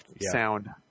sound